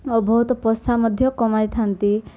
ଓ ବହୁତ ପଇସା ମଧ୍ୟ କମାଇଥାନ୍ତି